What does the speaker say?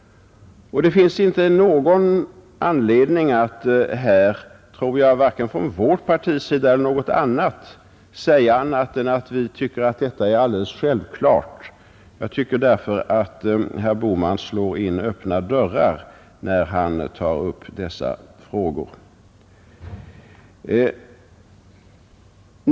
Det finns inte någon anledning att här, vare sig från vårt partis sida eller från något annat partis sida, säga annat än att vi tycker att detta är alldeles självklart. Herr Bohman slår därför in öppna dörrar när han tar upp dessa frågor.